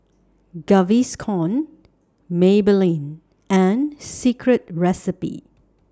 Gaviscon Maybelline and Secret Recipe